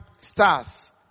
stars